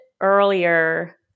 earlier